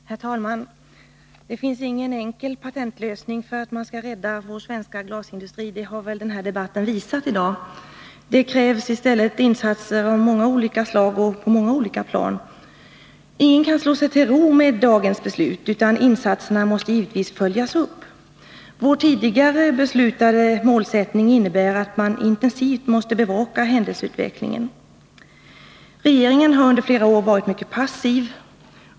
Herr talman! Det finns ingen enkel patentlösning för räddning av vår glasindustri, något som den här debatten väl har visat. Det krävs insatser av många olika slag och på många olika plan. Ingen kan slå sig till ro med dagens beslut, utan insatserna måste givetvis följas upp. Vår tidigare beslutade målsättning innebär att man måste bevaka händelseutvecklingen intensivt. Regeringen har under flera år varit mycket passiv.